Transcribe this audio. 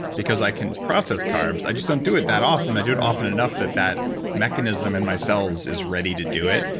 because i can process carbs, i just don't do it that often. i do it often enough that that mechanism in my cells is ready to do it.